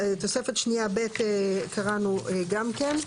תוספת שנייה ב' קראנו גם כן.